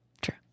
True